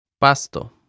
Pasto